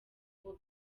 aho